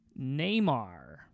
Neymar